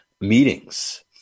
meetings